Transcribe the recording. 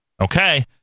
Okay